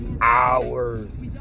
hours